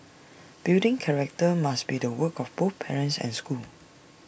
building character must be the work of both parents and schools